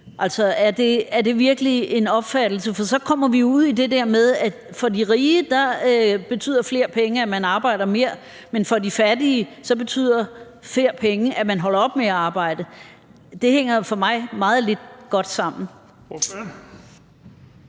altså, er det virkelig en opfattelse? For så kommer vi ud i det der med, at for de rige betyder flere penge, at man arbejder mere, men for de fattige betyder flere penge, at man holder op med at arbejde. Det hænger for mig meget lidt godt sammen. Kl.